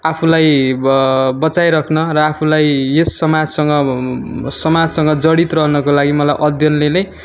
आफूलाई ब बचाइ राख्न र आफूलाई यस समाजसँग समाजसँग जडित रहनको लागि मलाई अध्ययनले नै